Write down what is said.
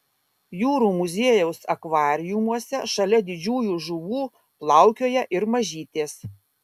jūrų muziejaus akvariumuose šalia didžiųjų žuvų plaukioja ir mažytės